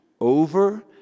over